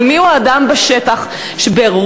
אבל מיהו האדם בשטח שברוע,